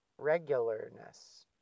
regularness